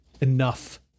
enough